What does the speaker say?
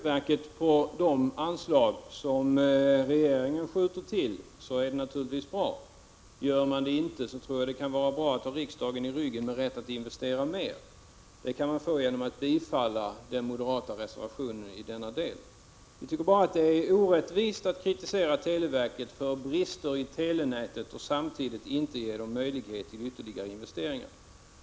Herr talman! Låt mig till Birger Rosqvist säga att om televerket klarar sig på de anslag som regeringen skjuter till är det naturligtvis bra. Gör man det inte tror jag att det kan vara bra att ha riksdagen i ryggen, med rätt att investera mer. Det kan man få genom att bifalla den moderata reservationen i denna del. Vi tycker bara att det är orättvist att kritisera televerket för brister i telenätet utan att samtidigt ge möjlighet till ytterligare investeringar.